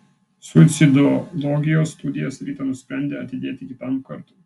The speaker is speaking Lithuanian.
suicidologijos studijas rita nusprendė atidėti kitam kartui